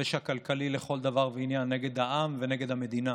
פשע כלכלי לכל דבר ועניין נגד העם ונגד המדינה,